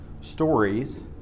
stories